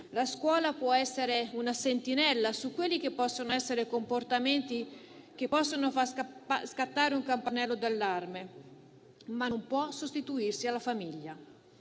la scuola può essere una sentinella su quei comportamenti che possono far scattare un campanello d'allarme, ma non può sostituirsi alla famiglia.